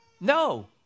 No